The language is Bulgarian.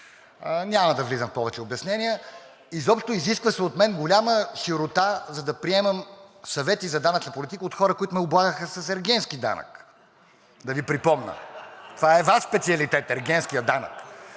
Няма да влизам в повече обяснения. Изобщо изисква се от мен голяма широта, за да приемам съвети за данъчна политика от хора, които ме облагаха с ергенски данък – да Ви припомня. (Смях.) Това е Ваш специалитет – ергенският данък,